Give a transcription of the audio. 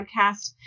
podcast